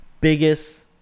biggest